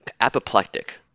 apoplectic